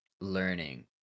learning